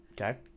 Okay